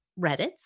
Reddits